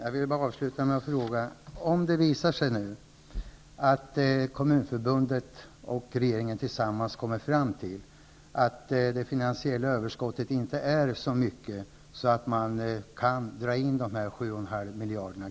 Herr talman! Avslutningsvis har jag en fråga till finansministern. Det kan ju hända att Kommunförbundet och regeringen tillsammans kommer fram till att det finansiella överskottet inte är så stort att det går att dra in de 7,5 miljarderna.